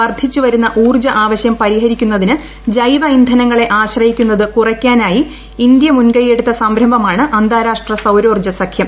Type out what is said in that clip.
വർദ്ധിച്ചു വരുന്ന ഊർജ്ജ ആവശ്യം പരിഹരിക്കുന്നതിന് ജൈവ ഇന്ധനങ്ങളെ ആശ്രയിക്കുന്നത് കുറയ്ക്കാനായി ഇന്ത്യ മുൻകൈയെടുത്ത സംരംഭമാണ് അന്താരാഷ്ട്ര സൌരോർജ്ജ സഖ്യം